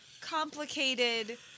complicated